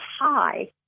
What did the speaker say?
high